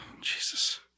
Jesus